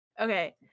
Okay